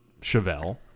Chevelle